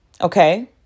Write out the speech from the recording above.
Okay